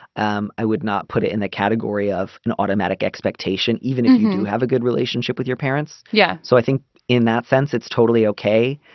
um i would not put it in the category of an automatic expectation even if you have a good relationship with your parents. yeah. so i think in that sense it's totally ok.